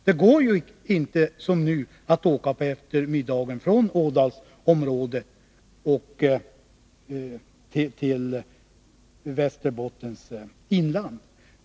Det kommer ju inte att gå att som nu åka på eftermiddagen från Ådalsområdet till Västerbottens inland.